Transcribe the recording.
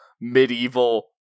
medieval